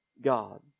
God